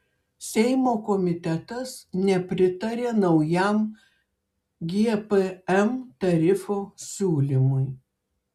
seimo komitetas nepritarė naujam gpm tarifo siūlymui